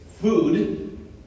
Food